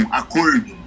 acordo